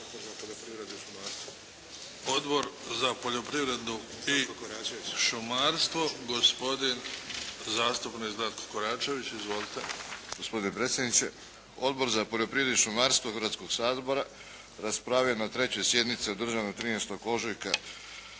Odbor za poljoprivredu i šumarstvo,